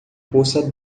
poça